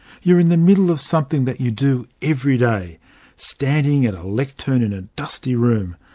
you're in the middle of something that you do every day standing at a lectern in a dusty room.